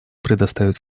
предоставить